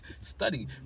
study